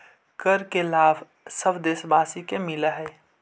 कर के लाभ सब देशवासी के मिलऽ हइ